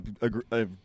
agree